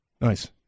Nice